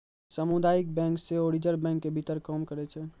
समुदायिक बैंक सेहो रिजर्वे बैंको के भीतर काम करै छै